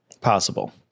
possible